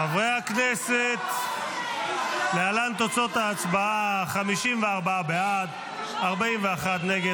חברי הכנסת, להלן תוצאות ההצבעה: 54 בעד, 41 נגד.